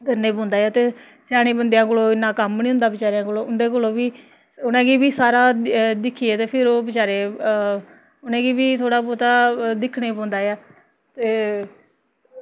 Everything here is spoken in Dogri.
करने पौंदा ऐ ते स्यानें बंदेआं कोला दा इ'न्ना कम्म निं होंदा बचैरें कोला दा उं'दे कोला बी सारा दिक्खियै ते फिर ओह् बचारे उ'नें गी बी थोह्ड़ा बहोता दिक्खनां पौंदा ऐ ते